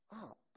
up